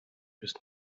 ist